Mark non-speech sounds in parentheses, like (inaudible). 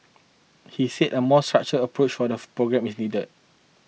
he said a more structured approach for the (noise) programme is needed